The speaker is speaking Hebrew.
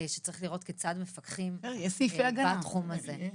שצריך לראות כיצד מפקחים בתחום הזה.